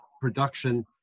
production